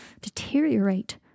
deteriorate